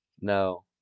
No